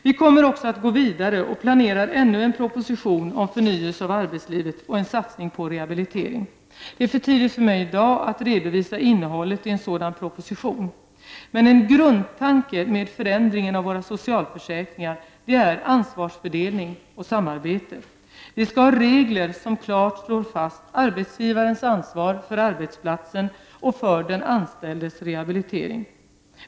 Vi kommer att gå vidare och planerar ännu en proposition om förnyelse av arbetslivet och en satsning på rehabilitering. Det är för tidigt att i dag redovisa innehållet i en sådan proposition, men grundtanken med förändringen av våra socialförsäkringar är ansvarsfördelning och samarbete. Vi skall ha regler som klart slår fast arbetsgivarens ansvar för arbetsplatsen och för den anställdes rehabilitering.